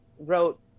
wrote